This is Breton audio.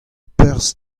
perzh